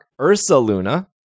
Ursaluna